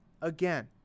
again